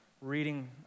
reading